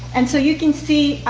and so you can see,